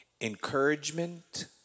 encouragement